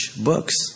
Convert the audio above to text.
books